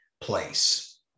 place